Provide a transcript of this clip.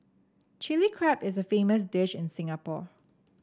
Chilli Crab is a famous dish in Singapore